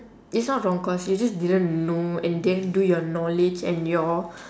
is not from course you just didn't know and didn't do your knowledge and your